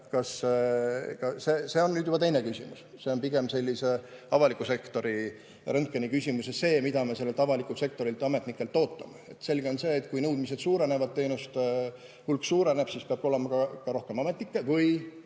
mitte, on juba teine küsimus. See on pigem sellise avaliku sektori röntgeni küsimus ja see, mida me sellelt avalikult sektorilt, ametnikult ootame. Selge on see, et kui nõudmised suurenevad, teenuste hulk suureneb, siis peab olema ka rohkem ametnikke või